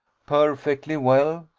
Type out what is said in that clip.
perfectly well,